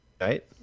Right